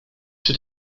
czy